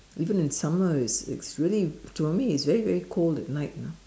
even in summer it's it's really to me it's very very cold at night lah